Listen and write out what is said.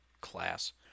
Class